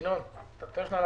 ינון, תן לו להסביר.